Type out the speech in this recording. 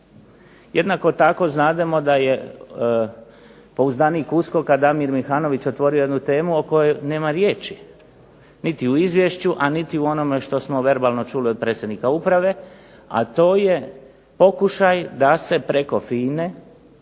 Jednako tako znademo da je pouzdanik USKOK-a Damir Mihanović otvorio jednu temu o kojoj nema riječi niti u izvješću, a niti u onome što smo verbalno čuli od predsjednika uprave, a to je pokušaj da se preko